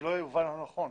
שלא יובן לא נכון,